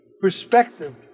perspective